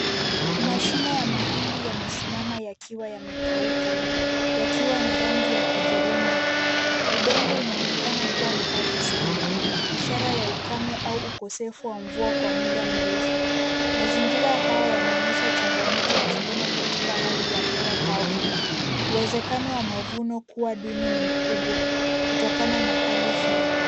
Mashina ya mahindi yamesimama yakiwa yamekauka yakiwa na rangi ya hudhurungi. Udongo unaonekana kuwa mkavu sana ishara ya ukame au ukosefu wa mvua kwa muda mrefu. Mazingira haya yanaonyesha changamoto ya kilimo katika hali ya hewa kavu. Uwezekano wa mavuno kuwa duni ni mkubwa kutokana na hali hii.